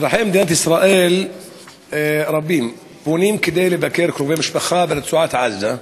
אזרחי מדינת ישראל רבים פונים כדי לבקר קרובי משפחה ברצועת-עזה,